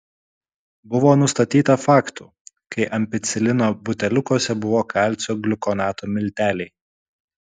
buvo nustatyta faktų kai ampicilino buteliukuose buvo kalcio gliukonato milteliai